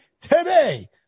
today